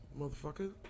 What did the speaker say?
motherfucker